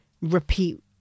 repeat